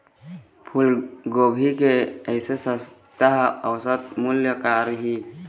फूलगोभी के इ सप्ता औसत मूल्य का रही?